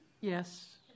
Yes